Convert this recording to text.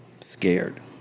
scared